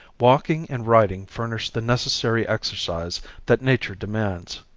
walking and riding furnish the necessary exercise that nature demands.